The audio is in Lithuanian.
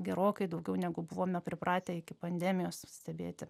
gerokai daugiau negu buvome pripratę iki pandemijos stebėti